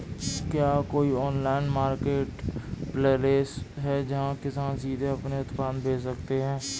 क्या कोई online marketplace है जहाँ किसान सीधे अपने उत्पाद बेच सकते हैं?